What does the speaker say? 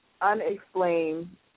unexplained